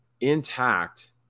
intact